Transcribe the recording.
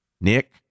Nick